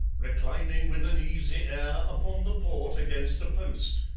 reclining with an easy air upon the port against a post,